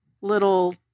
little